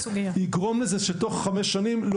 יגרום לזה שתוך חמש שנים,